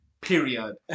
Period